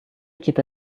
kita